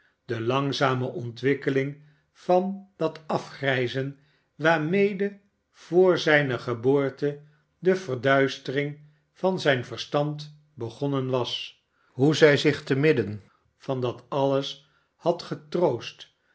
de langzame ontwikkeling van dat afgrijzen waarmede vr zijne geboorte de verduistering van zijn verstand begonnen was hoe zij zich te midden van dat alles had getroost